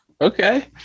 Okay